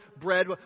bread